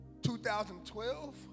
2012